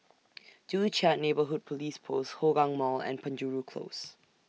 Joo Chiat Neighbourhood Police Post Hougang Mall and Penjuru Close